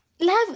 love